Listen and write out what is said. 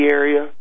area